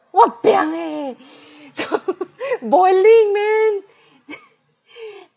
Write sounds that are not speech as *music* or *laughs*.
wah piang eh *laughs* boiling man *laughs*